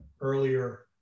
earlier